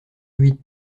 huit